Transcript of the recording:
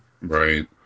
Right